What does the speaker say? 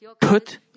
put